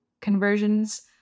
conversions